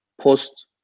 post